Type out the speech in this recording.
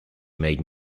made